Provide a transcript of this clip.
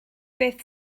beth